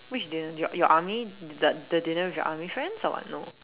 which dinner your your army the the dinner with your friends so or what no